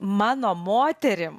mano moterim